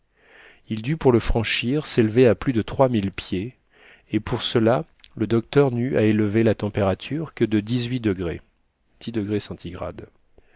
il dut pour le franchir s'élever à plus de trois mille pieds et pour cela le docteur n'eut à élever la température que de dix-huit degrés